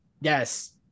yes